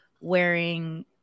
wearing